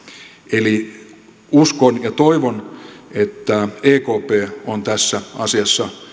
eli uskon ja toivon että ekp on tässä asiassa